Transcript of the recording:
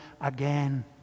again